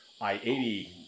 I-80